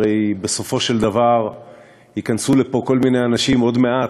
הרי בסופו של דבר ייכנסו לפה כל מיני אנשים עוד מעט,